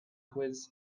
quiz